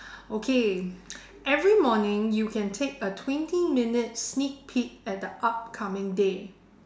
okay every morning you can take a twenty minutes sneak peak at the upcoming day